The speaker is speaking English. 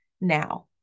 now